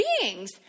beings